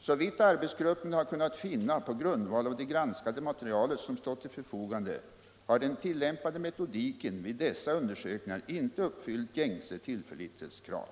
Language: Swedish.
Såvitt arbetsgruppen har kunnat finna på grundval av det granskade matertal som har stått tuill förfogande har den tillämpade metodiken vid dessa undersökningar inte uppfyllt gängse tillförlitlighetskrav.